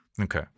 Okay